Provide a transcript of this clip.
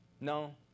No